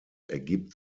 ergibt